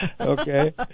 Okay